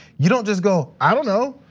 you don't just go, i don't know.